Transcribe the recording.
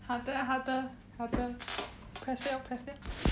好的好的好的 press liao press liao